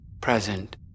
present